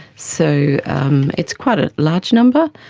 so um it's quite a large number,